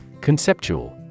Conceptual